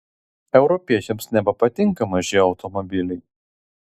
europiečiams nebepatinka maži automobiliai